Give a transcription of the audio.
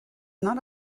not